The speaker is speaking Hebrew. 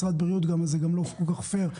משרד הבריאות לא כאן, זה גם לא כל כך פייר.